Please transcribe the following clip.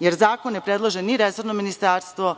jer zakon ne predlaže ni resorno ministarstvo.